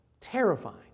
terrifying